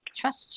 trust